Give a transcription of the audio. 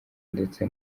ndetse